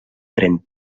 trent